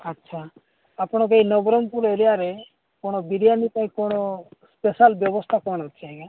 ଆଚ୍ଛା ଆପଣଙ୍କ ଏଇ ନବରଙ୍ଗପୁର ଏରିଆରେ କ'ଣ ବିରିୟାନୀ ପାଇଁ କଣ ସ୍ପେଶାଲ ବ୍ୟବସ୍ଥା କ'ଣ ଅଛି ଆଜ୍ଞା